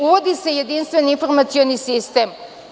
Uvodi se jedinstven informacioni sistem.